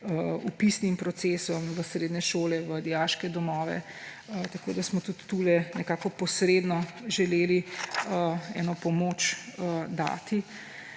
vpisnim procesom v srednje šole, v dijaške domove. Tako smo tudi tu nekako posredno želeli dati eno pomoč.